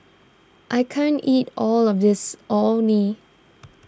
I can't eat all of this Orh Nee